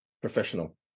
Professional